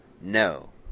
no